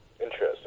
Interesting